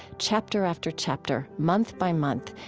chapter after chapter, month by month,